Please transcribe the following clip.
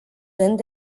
rând